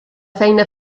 feina